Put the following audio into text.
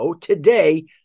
today